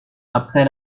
après